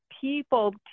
people